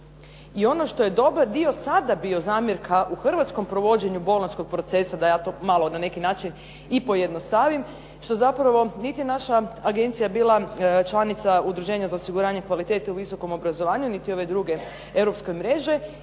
I ono što je dobar dio sada bio zamjerka u hrvatskom provođenju Bolonjskog procesa da ja to malo na neki način i pojednostavim, što zapravo niti naša agencija bila članica udruženja za osiguranje kvalitete u visokom obrazovanju niti ove druge europske mreže,